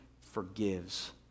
forgives